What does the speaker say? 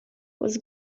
was